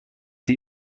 die